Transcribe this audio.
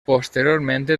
posteriormente